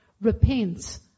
Repent